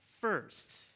first